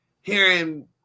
hearing